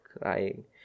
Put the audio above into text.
crying